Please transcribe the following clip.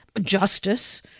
justice